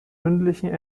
mündlichen